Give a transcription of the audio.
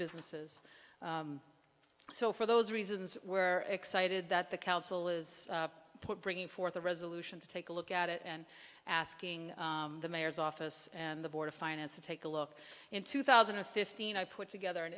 businesses so for those reasons were excited that the council was put bringing forth a resolution to take a look at it and asking the mayor's office and the board of finance to take a look in two thousand and fifteen i put together an